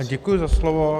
Děkuji za slovo.